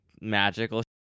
magical